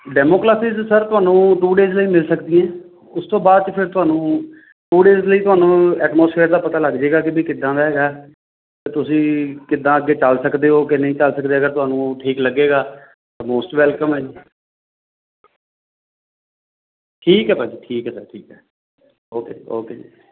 demo classes sir ਤੁਹਾਨੂੰ two days ਲਈ ਮਿਲ ਸਕਦੀਆਂ ਉਸ ਤੋਂ ਬਾਅਦ 'ਚ ਫਿਰ ਤੁਹਾਨੂੰ ਟੂ ਡੇਜ ਲਈ ਤੁਹਾਨੂੰ ਐਟਮੋਸਫੇਅਰ ਦਾ ਪਤਾ ਲੱਗ ਜਾਏਗਾ ਵੀ ਕਿੱਦਾਂ ਦਾ ਹੈਗਾ ਅਤੇ ਤੁਸੀਂ ਕਿੱਦਾਂ ਅੱਗੇ ਚੱਲ ਸਕਦੇ ਹੋ ਕਿ ਨਹੀਂ ਚੱਲ ਸਕਦੇ ਅਗਰ ਤੁਹਾਨੂੰ ਠੀਕ ਲੱਗੇਗਾ ਮੋਸਟ ਵੈਲਕਮ ਹੈ ਜੀ ਠੀਕ ਹੈ ਭਾਅ ਜੀ ਠੀਕ ਹੈ ਸਰ ਠੀਕ ਹੈ ਓਕੇ ਜੀ ਓਕੇ ਜੀ